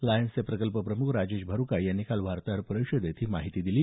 लायन्सचे प्रकल्प प्रम्ख राजेश भारूका यांनी काल वार्ताहर परिषदेत ही माहिती दिली